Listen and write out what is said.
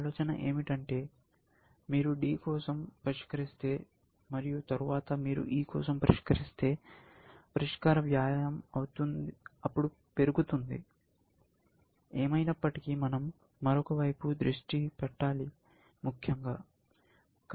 ఆలోచన ఏమిటంటే మీరు D కోసం పరిష్కరిస్తే మరియు తరువాత మీరు E కోసం పరిష్కరిస్తే పరిష్కార వ్యయం అప్పుడు పెరుగుతుంది ఏమైనప్పటికీ మనం మరొక వైపు దృష్టి పెట్టాలి ముఖ్యంగా